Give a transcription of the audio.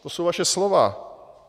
To jsou vaše slova.